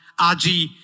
RG